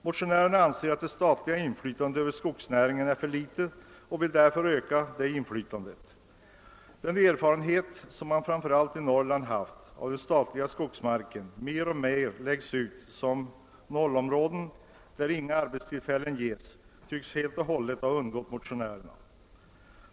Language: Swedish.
Motionärerna anser att det statliga inflytandet över skogsnäringen är för litet och vill därför öka detta inflytande. Erfarenheterna från framför allt Norrland visar att den statliga skogsmarken mer och mer lägges ut som 0 områden, där inga arbetstillällen ges, men detta tycks helt och hållet ha undgått motionärerna.